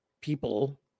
people